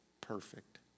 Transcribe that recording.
perfect